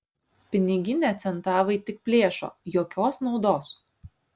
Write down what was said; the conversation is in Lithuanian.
piniginę centavai tik plėšo jokios naudos